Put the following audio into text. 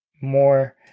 more